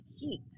heat